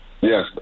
Yes